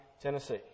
Tennessee